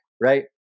right